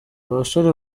abasore